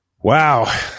Wow